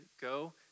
go